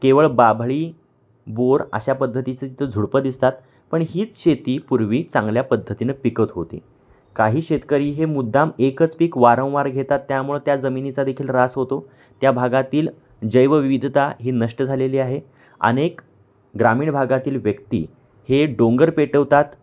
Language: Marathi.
केवळ बाभळी बोर अशा पद्धतीचं तिथं झुडपं दिसतात पण हीच शेती पूर्वी चांगल्या पद्धतीनं पिकत होती काही शेतकरी हे मुद्दाम एकच पीक वारंवार घेतात त्यामुळं त्या जमिनीचा देखील ऱ्हास होतो त्या भागातील जैवविविधता ही नष्ट झालेली आहे अनेक ग्रामीण भागातील व्यक्ती हे डोंगर पेटवतात